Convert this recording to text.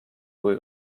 kui